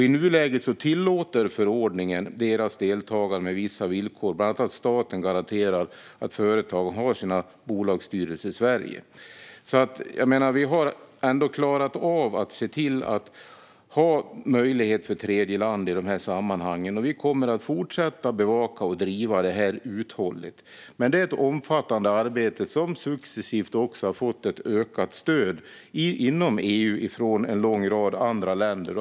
I nuläget tillåter förordningen deras deltagande med vissa villkor, bland annat att staten garanterar att företagen har sina bolagsstyrelser i Sverige. Vi har ändå klarat av att se till att ha möjlighet för tredjeland i dessa sammanhang. Vi kommer att fortsätta att bevaka och driva det uthålligt. Men det är ett omfattande arbete som successivt har fått ett ökat stöd inom EU från en lång rad andra länder.